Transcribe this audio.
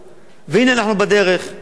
והנה אנחנו בדרך.